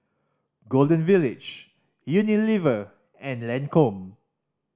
Golden Village Unilever and Lancome